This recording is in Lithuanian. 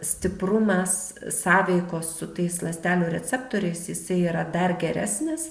stiprumas sąveikos su tais ląstelių receptoriais jisai yra dar geresnis